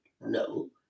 no